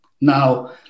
Now